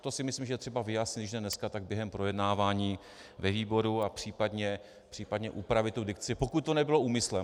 To si myslím, že je třeba vyjasnit, když ne dneska, tak během projednávání ve výboru a případně upravit tu dikci, pokud to nebylo úmyslem.